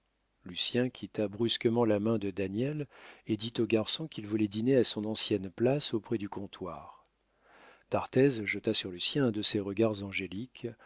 lucien quitta brusquement la main de daniel et dit au garçon qu'il voulait dîner à son ancienne place auprès du comptoir d'arthez jeta sur lucien un de ces regards angéliques